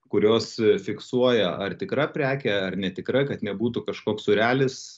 kurios fiksuoja ar tikra prekė ar netikra kad nebūtų kažkoks sūrelis